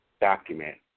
document